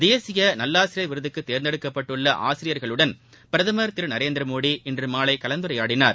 தேசிய நல்லாசிரியர் விருதுக்கு தேர்ந்தெடுக்கப்பட்டுள்ள பிரதமர் திரு நரேந்திரமோடி இன்று மாலை கலந்துரையாடினார்